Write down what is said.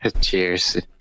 Cheers